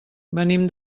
venim